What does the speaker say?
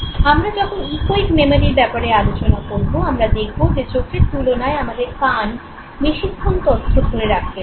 আমরা যখন ইকোয়িক মেমোরির ব্যাপারে আলোচনা করবো আমরা দেখবো যে চোখের তুলনায় আমাদের কান বেশিক্ষণ তথ্য ধরে রাখতে পারে